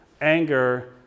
anger